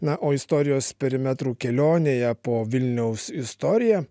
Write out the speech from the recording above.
na o istorijos perimetrų kelionėje po vilniaus istoriją